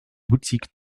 boutique